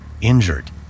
injured